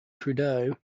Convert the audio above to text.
trudeau